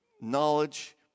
knowledge